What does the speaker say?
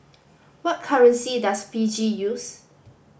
what currency does Fiji use